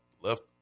left